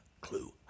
clue